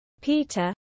Peter